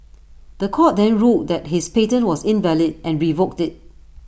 The Court then ruled that his patent was invalid and revoked IT